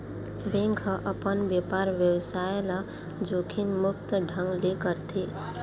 bank ह अपन बेपार बेवसाय ल जोखिम मुक्त ढंग ले करथे